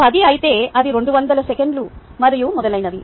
ఇది 10 అయితే అది 200 సెకన్లు మరియు మొదలైనవి